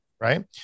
Right